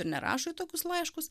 ir nerašo į tokius laiškus